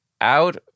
out